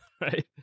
right